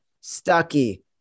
Stucky